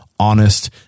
honest